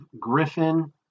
Griffin